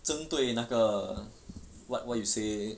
针对那个 what what you say